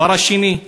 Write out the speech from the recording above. דבר שני,